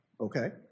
okay